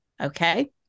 Okay